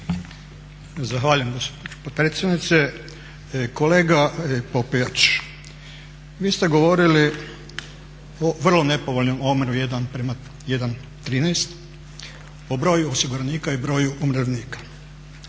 Zahvaljujem gospođo potpredsjednice. Kolega Popijač, vi ste govorili o vrlo nepovoljnom omjeru 1 prema 1,13 o broj osiguranika i broj umirovljenika.